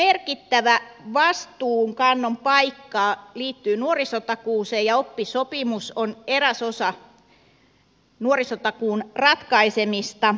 sivistyspuolen merkittävä vastuunkannon paikka liittyy nuorisotakuuseen ja oppisopimus on eräs osa nuorisotakuun ratkaisemista